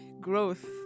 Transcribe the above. growth